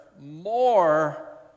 more